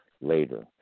later